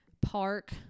park